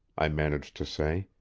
i managed to say.